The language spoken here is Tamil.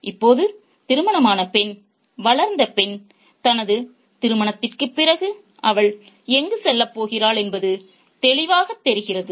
இப்போது திருமணமான பெண் வளர்ந்த பெண் தனது திருமணத்திற்குப் பிறகு அவள் எங்கு செல்லப் போகிறாள் என்பது தெளிவாகத் தெரிகிறது